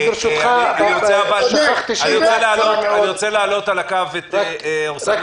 אני רוצה להעלות על הקו את עורסאן יאסין.